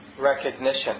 recognition